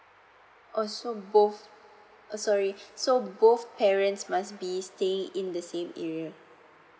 oh so both oh sorry so both parents must be staying in the same area